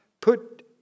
Put